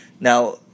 Now